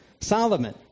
Solomon